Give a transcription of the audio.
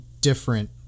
different